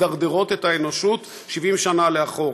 מדרדרות את האנושות 70 שנה לאחור.